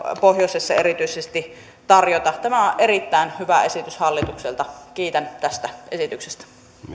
pohjoisessa erityisesti tarjota tämä on erittäin hyvä esitys hallitukselta kiitän tästä esityksestä